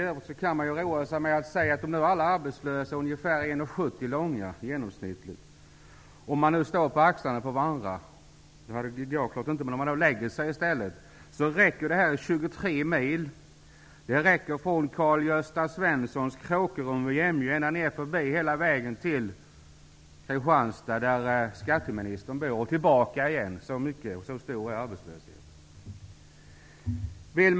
Om alla arbetslösa vore i genomsnitt 1,70 m långa och ställde sig på axlarna på varandra, skulle de utgöra en sträcka på 23 mil. Det är lika långt som från Karl-Gösta Svensons Kråkerum, Jämjö, till Kristianstad, där skatteministern bor, och tillbaka igen. Så omfattande är arbetslösheten.